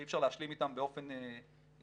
שאי אפשר להשלים איתם באופן רגיל,